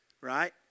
right